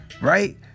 Right